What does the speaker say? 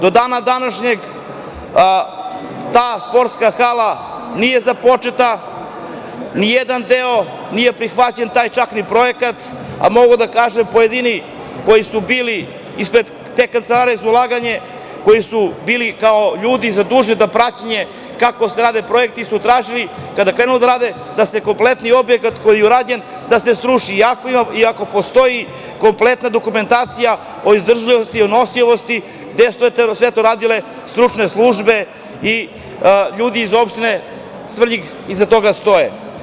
Do dana današnjeg ta sportska hala nije započeta, nijedan deo, nije prihvaćen čak ni taj projekat, a mogu da kažem da su pojedini koji su bili ispred te Kancelarije za ulaganje, koji su bili kao ljudi zaduženi za praćenje projekata, tražili kada je krenulo da se radi da se kompletan objekat koji je urađen sruši, iako postoji kompletna dokumentacija o izdržljivosti i nosivosti koju su radile stručne službe i ljudi iz Opštine Svrljig iza toga stoje.